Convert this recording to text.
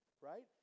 right